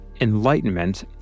Enlightenment